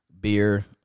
beer